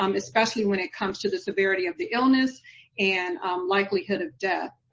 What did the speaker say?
um especially when it comes to the severity of the illness and um likelihood of death.